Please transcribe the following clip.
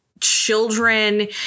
children